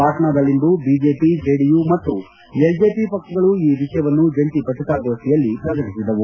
ಪಾಟ್ನಾದಲ್ಲಿಂದು BJP JDU ಮತ್ತು LJP ಪಕ್ಷಗಳು ಈ ವಿಷಯವನ್ನು ಜಂಟ ಪತ್ರಿಕಾಗೋಷ್ಠಿಯಲ್ಲಿ ಪ್ರಕಟಿಸಿದವು